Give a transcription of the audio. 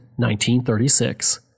1936